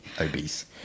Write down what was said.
obese